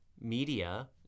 media